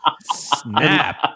Snap